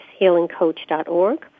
HealingCoach.org